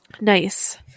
Nice